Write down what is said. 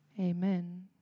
Amen